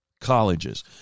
colleges